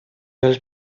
well